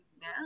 now